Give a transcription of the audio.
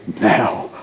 now